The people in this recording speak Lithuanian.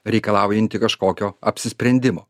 reikalaujanti kažkokio apsisprendimo